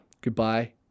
Goodbye